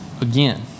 again